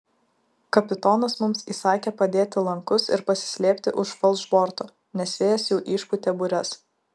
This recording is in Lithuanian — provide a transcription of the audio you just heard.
kapitonas mums įsakė padėti lankus ir pasislėpti už falšborto nes vėjas jau išpūtė bures